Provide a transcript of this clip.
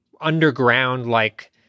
underground-like